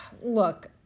Look